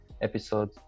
episode